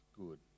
good